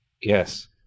Yes